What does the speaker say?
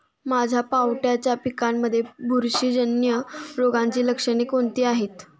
माझ्या पावट्याच्या पिकांमध्ये बुरशीजन्य रोगाची लक्षणे कोणती आहेत?